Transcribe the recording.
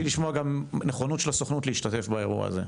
לשמוע נכונות של הסוכנות להשתתף באירוע הזה.